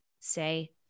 say